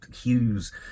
hues